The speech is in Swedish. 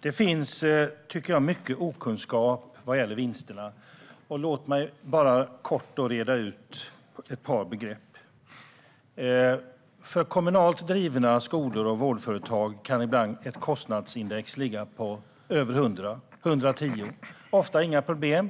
Det finns, tycker jag, mycket okunskap vad gäller vinsterna. Låt mig bara kort reda ut ett par begrepp. Kommunalt drivna skolor och vårdföretag kan ibland ha ett kostnadsindex som ligger på över 100. Det är ofta inga problem.